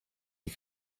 die